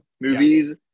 movies